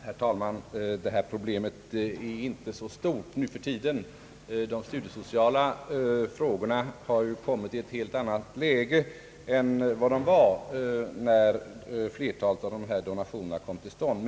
Herr talman! Det här problemet är inte så stort nu för tiden. De studiesociala frågorna har ju kommit i ett helt annat läge än de var när flertalet av dessa donationer kom till stånd.